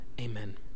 Amen